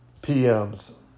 PMs